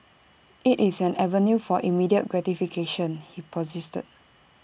IT is an avenue for immediate gratification he posited